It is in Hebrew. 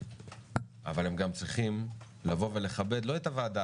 אבל הם גם צריכים לבוא ולכבד לא את הוועדה,